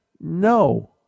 No